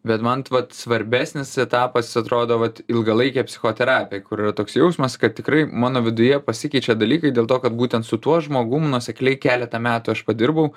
bet man vat svarbesnis etapas atrodo vat ilgalaikė psichoterapija kur toks jausmas kad tikrai mano viduje pasikeičia dalykai dėl to kad būtent su tuo žmogum nuosekliai keletą metų aš padirbau